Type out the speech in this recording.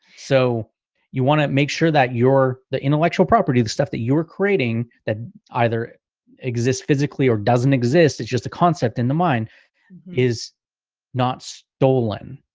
so you want to make sure that you're the intellectual property, the stuff that you're creating that either exists physically or doesn't exist, it's just a concept in the mind is not stolen.